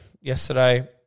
yesterday